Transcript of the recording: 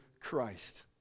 Christ